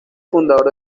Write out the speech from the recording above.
fundador